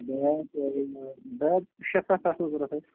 bat بیٹ شےٚ سَتھ آسن ضوٚرت اَسہِ